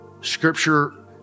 scripture